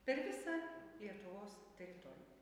per visą lietuvos teritoriją